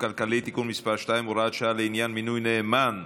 כלכלי (תיקון מס' 2) (הוראת שעה לעניין מינוי נאמן),